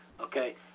okay